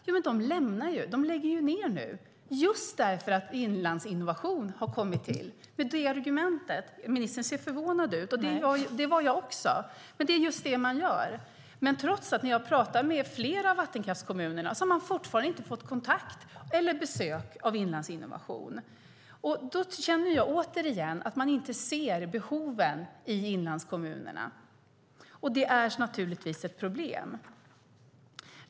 Jo, Vattenfall lägger ned detta nu just därför att Inlandsinnovation har kommit till. Det är detta argument man har. Ministern ser förvånad ut, och det var jag också. Men det är just det som man gör. Jag har talat med flera av vattenkraftskommunerna, men de har fortfarande inte fått kontakt eller besök av Inlandsinnovation. Då känner jag återigen att man inte ser behoven i inlandskommunerna. Det är naturligtvis ett problem.